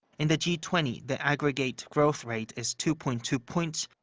in the g twenty, the aggregate growth rate is two point two points,